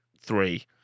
three